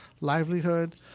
livelihood